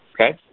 okay